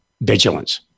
vigilance